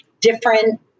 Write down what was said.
different